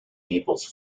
naples